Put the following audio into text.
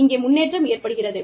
இங்கே முன்னேற்றம் ஏற்படுகிறது